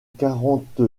quarante